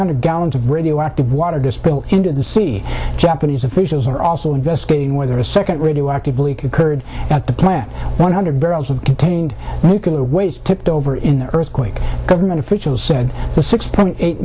hundred gallons of radioactive water to spill into the sea japanese officials are also investigating whether a second radioactive leak occurred at the plant one hundred barrels of detained you can always tipped over in the earthquake government officials said the six point eight